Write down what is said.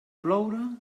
ploure